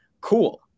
cool